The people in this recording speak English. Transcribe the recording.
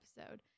episode